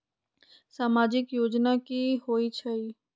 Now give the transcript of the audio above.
समाजिक योजना की होई छई?